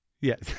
Yes